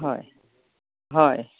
হয়